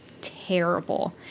terrible